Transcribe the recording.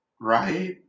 Right